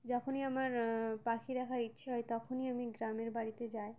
যখনই আমার পাখি দেখার ইচ্ছে হয় তখনই আমি গ্রামের বাড়িতে যাই